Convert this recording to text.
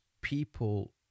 people